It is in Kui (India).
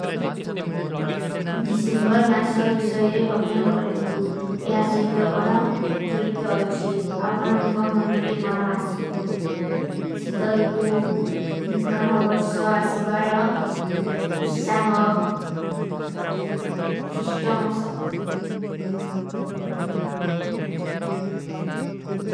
ଗିସେଂବର ମାସା ଵିଶାଯେରେ ଭାଵନା କରେଂ ତୁ, ଯହାଁ ସହୀ ତୋ କାନା ଜୋଲୀ ତୋ ଅଚ୍ଛୀ, ଆପନା ଉନକା ମନାରେ କାନା ହାସୀ। ସିତର ଉତୂ, ନୁତାନା ବର୍ସା ହାସୀ ବାରା, ଉସ୍ସାହା, ଶିଷ୍ଟା ମାସା।